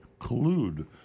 collude